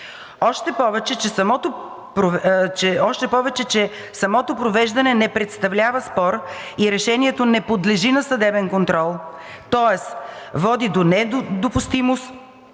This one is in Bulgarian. още повече че самото провеждане не представлява спор и решението не подлежи на съдебен контрол, тоест води до недопустимост